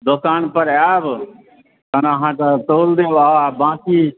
दोकानपर आएब तखन अहाँके तौल देब आ बाँकी